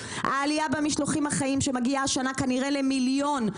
העלייה במשלוחים החיים שמגיעה השנה כנראה ל1 מיליון,